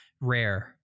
rare